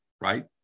right